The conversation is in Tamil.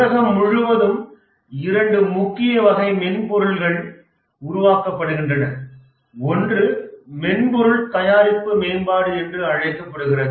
உலகம் முழுவதும் இரண்டு முக்கிய வகை மென்பொருட்கள் உருவாக்கப்படுகின்றன ஒன்று மென்பொருள் தயாரிப்பு மேம்பாடு என்று அழைக்கப்படுகிறது